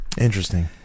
Interesting